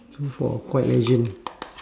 super four quite legend